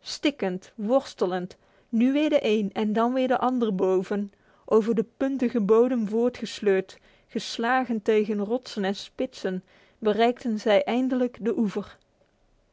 stikkend worstelend nu weer de een en dan weer de ander boven over de puntige bodem voortgesleurd geslagen tegen rotsen en spitsen bereikten zij eindelijk de oever